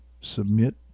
submit